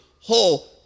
whole